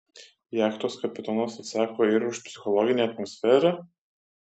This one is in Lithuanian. jachtos kapitonas atsako ir už psichologinę atmosferą